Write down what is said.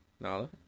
Nala